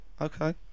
okay